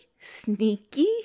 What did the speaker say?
sneaky